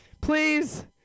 Please